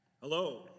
Hello